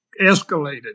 escalated